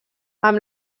amb